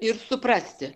ir suprasti